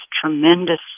tremendous